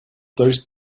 those